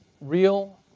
Real